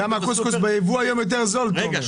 הקוסקוס בייבוא יותר זול היום, תומר.